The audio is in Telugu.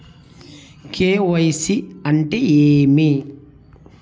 కె.వై.సి అంటే ఏమి?